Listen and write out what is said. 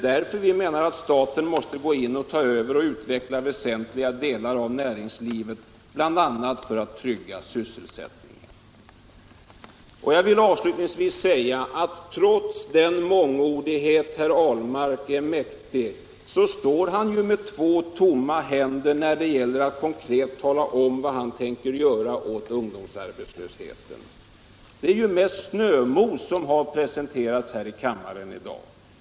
Därför måste staten gå in och ta över och utveckla ytterligare delar av näringslivet, bl.a. för att trygga sysselsättningen. Jag vill avslutningsvis säga att trots den mångordighet som herr Ahlmark är mäktig så står han ju med två tomma händer när det gäller att konkret tala om vad han tänker göra åt ungdomsarbetslösheten. Det är ju mest snömos som har presenterats här i kammaren i dag.